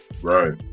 right